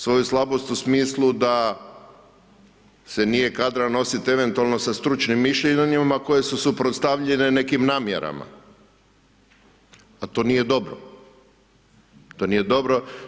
Svoju slabost u smislu da se nije kadra nosit eventualno sa stručnim mišljenjima koje su suprotstavljene nekim namjerama, a to nije dobro.